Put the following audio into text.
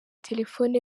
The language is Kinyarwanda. telephone